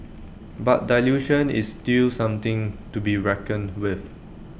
but dilution is still something to be reckoned with